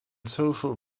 social